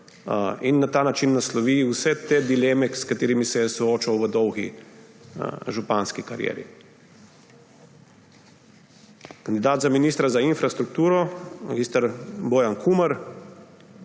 in na ta način naslovi vse te dileme, s katerimi se je soočal v dolgi županski karieri. Kandidat za ministra za infrastrukturo mag. Bojan Kumer.